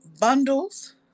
bundles